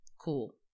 Cool